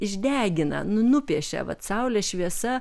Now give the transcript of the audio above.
išdegina nu nupiešia vat saulės šviesa